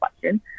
question